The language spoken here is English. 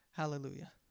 Hallelujah